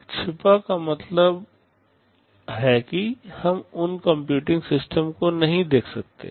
छिपाहिडन का मतलब है कि हम उन कंप्यूटिंग सिस्टम को नहीं देख सकते हैं